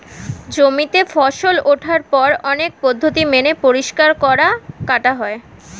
জমিতে ফসল ওঠার পর অনেক পদ্ধতি মেনে পরিষ্কার করা, কাটা হয়